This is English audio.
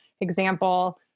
example